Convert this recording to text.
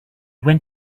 went